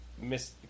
Miss